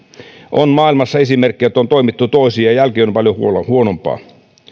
on maailmassa esimerkkejä että on toimittu toisin ja jälki on ollut paljon huonompaa